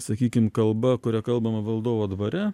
sakykim kalba kuria kalbama valdovo dvare